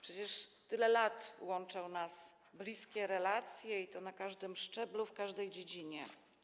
Przecież tyle lat łączą nas bliskie relacje, i to na każdym szczeblu, w każdej dziedzinie.